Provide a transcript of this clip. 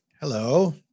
Hello